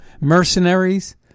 mercenaries